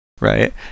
Right